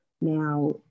now